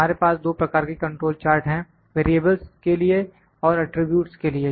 हमारे पास दो प्रकार के कंट्रोल चार्ट् हैं वेरिएबलस् के लिए और एट्रिब्यूटओं के लिए